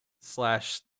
slash